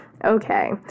Okay